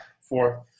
four